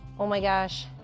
oh my gosh.